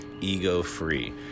ego-free